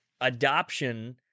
adoption